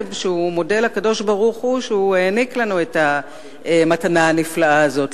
מקלב שהוא מודה לקדוש-ברוך-הוא שהעניק לנו את המתנה הנפלאה הזאת.